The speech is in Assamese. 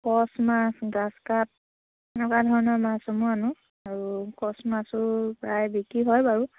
কচ মাছ গাছ কাপ এনেকুৱা ধৰণৰ মাছসমূহ আনোঁ আৰু কচ মাছো প্ৰায় বিক্ৰী হয় বাৰু